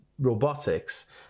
robotics